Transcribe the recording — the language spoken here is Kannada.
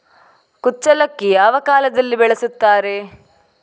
ಕುಚ್ಚಲಕ್ಕಿ ಯಾವ ಕಾಲದಲ್ಲಿ ಬೆಳೆಸುತ್ತಾರೆ?